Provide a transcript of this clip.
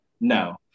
No